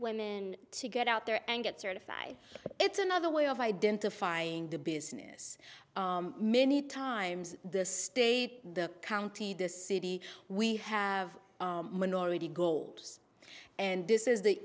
women to get out there and get certified it's another way of identifying the business many times the state the county the city we have minority gold and this is the